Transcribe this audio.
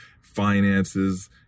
finances